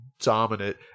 dominant